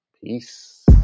peace